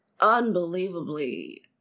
unbelievably